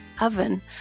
oven